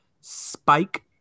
spike